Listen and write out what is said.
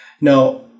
Now